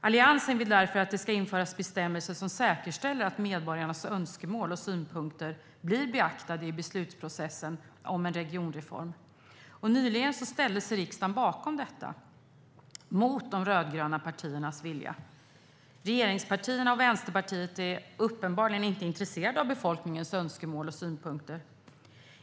Alliansen vill därför att det ska införas bestämmelser som säkerställer att medborgarnas önskemål och synpunkter blir beaktade i beslutsprocessen om en regionreform. Nyligen ställde sig riksdagen bakom detta - mot de rödgröna partiernas vilja. Regeringspartierna och Vänsterpartiet är uppenbarligen inte intresserade av befolkningens önskemål och synpunkter.